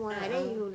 ah ah